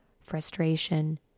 frustration